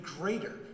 greater